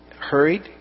hurried